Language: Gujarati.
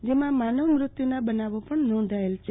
જેમાં માનવ મૃત્યુના બનાવો પણ નોંધાયેલ છે